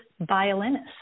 violinist